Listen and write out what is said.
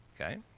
Okay